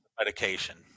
medication